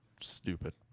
stupid